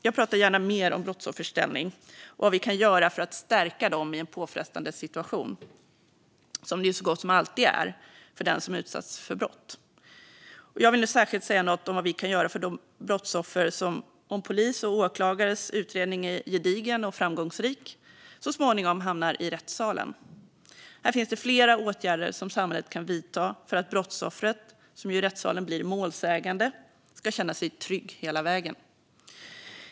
Jag pratar gärna mer om brottsoffers ställning och vad vi kan göra för att stärka den i en påfrestande situation, som det ju så gott som alltid är för den som utsatts för brott. Jag vill särskilt säga något om vad vi kan göra för de brottsoffer som, om polis och åklagares utredning är gedigen och framgångsrik, så småningom hamnar i rättssalen. Här finns det flera åtgärder som samhället kan vidta för att brottsoffret, som ju i rättssalen blir målsägande, ska känna sig trygg hela vägen.